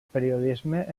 periodisme